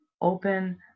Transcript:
open